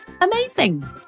amazing